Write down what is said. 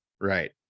Right